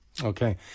Okay